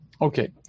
Okay